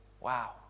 Wow